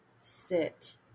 sit